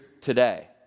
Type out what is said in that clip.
today